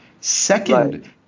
second